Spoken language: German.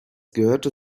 gehörte